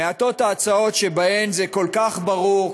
מעטות ההצעות שבהן זה כל כך ברור,